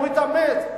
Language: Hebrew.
הוא מתאמץ,